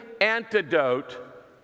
antidote